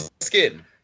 skin